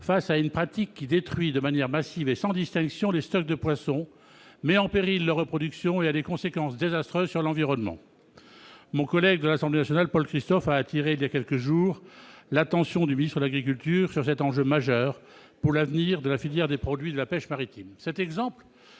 face à une pratique qui détruit de manière massive et sans distinction les stocks de poissons, met en péril leur reproduction et a des conséquences désastreuses sur l'environnement. Il y a quelques jours, mon collègue député Paul Christophe a attiré l'attention du ministre de l'agriculture sur cet enjeu majeur pour l'avenir de la filière des produits de la pêche maritime.